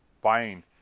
buying